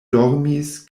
dormis